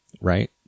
right